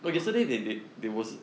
uh